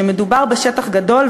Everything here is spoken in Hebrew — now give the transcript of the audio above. שמדובר בשטח גדול,